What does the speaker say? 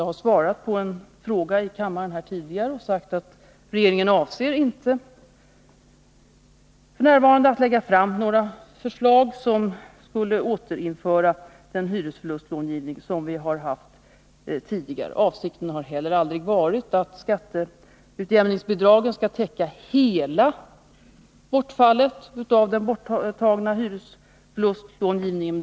Jag har här i kammaren tidigare svarat på en fråga om detta och sagt att regeringen f. n. inte avser att lägga fram några förslag som skulle återinföra de hyresförlustlån som vi förut har haft. Avsikten har heller aldrig varit att skatteutjämningsbidragen skulle täcka hela bortfallet av hyresförlustlångivningen.